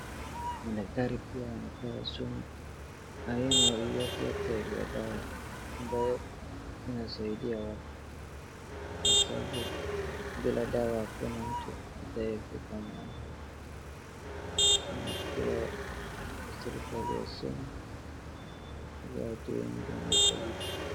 Madaktari pia wanapewa sumuna aina yoyote yoyote ya dawa ambayo inasaidia watu. Kwa sababu bila dawa hakuna mtu ataepuka na ugonjwa. Na nafikiria serikali iassume juu ya watu wengi .